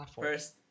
First